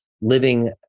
living